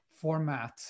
format